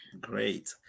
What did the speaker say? Great